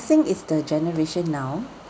think is the generation now